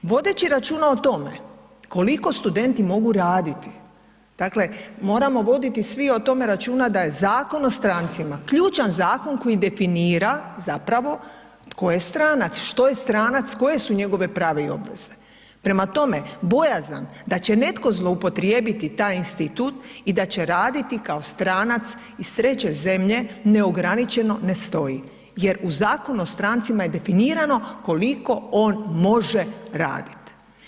Vodeći računa o tome koliko studenti mogu raditi, dakle moramo voditi svi o tome računa da je Zakon o strancima ključan zakon koji definira zapravo tko je stranac, što je stranac, koje su njegove prave i obveze, prema tome bojazan da će netko zloupotrijebiti taj institut i da će raditi kao stranac iz treće zemlje neograničeno, ne stoji jer u Zakonu o strancima je definirano koliko on može radit.